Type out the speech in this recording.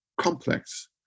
complex